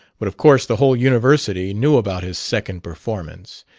but of course the whole university knew about his second performance.